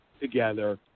together